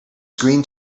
screen